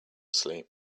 sleep